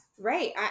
right